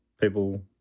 people